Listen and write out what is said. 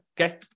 Okay